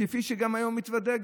וכפי שגם היום נודע,